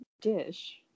dish